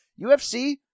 UFC